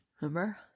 Remember